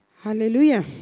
Hallelujah